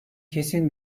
kesin